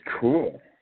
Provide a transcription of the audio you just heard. cool